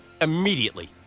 immediately